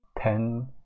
ten